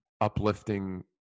uplifting